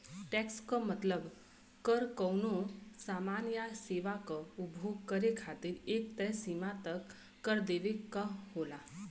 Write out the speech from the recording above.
tax क मतलब कर कउनो सामान या सेवा क उपभोग करे खातिर एक तय सीमा तक कर देवे क होला